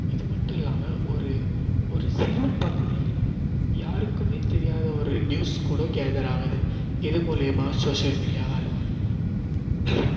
இது மட்டுல்லாமல் ஒரு ஒரு ஒரு சிறு பகுதியில் யாருக்குமே தெரியாத ஒரு நியூஸ் கூட கேதர் ஆகுது இது மூலயமா சோஷியல் மீடியாவாலே